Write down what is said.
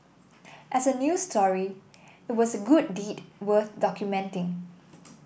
as a news story it was a good deed worth documenting